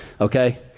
okay